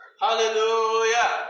hallelujah